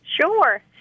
Sure